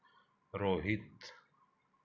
Rohit